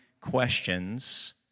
questions